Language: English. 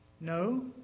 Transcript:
No